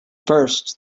first